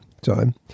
time